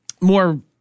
more